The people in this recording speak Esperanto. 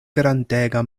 grandega